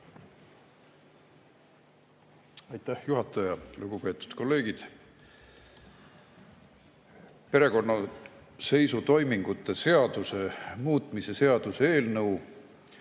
Aitäh, juhataja! Lugupeetud kolleegid! Perekonnaseisutoimingute seaduse muutmise seaduse eelnõu